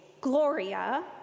Gloria